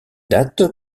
date